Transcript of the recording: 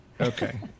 Okay